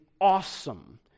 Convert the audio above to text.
awesome